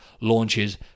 launches